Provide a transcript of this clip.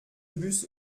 bus